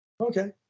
Okay